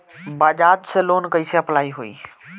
बज़ाज़ से लोन कइसे अप्लाई होई?